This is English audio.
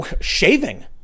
shaving